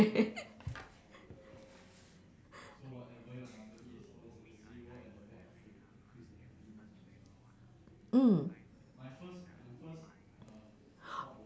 mm